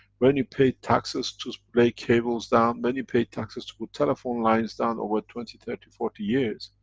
when you pay taxes to lay cables down, when you pay taxes to put telephone lines down, over twenty, thirty, forty years,